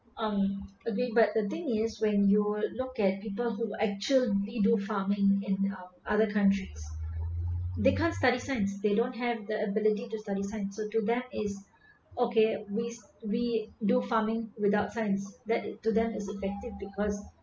um agree but the thing is when you look at people who actually do farming in um other countries they can't study science they don't have the ability to study science so to them is okay we we do farming without science that it to them is effective because